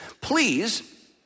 Please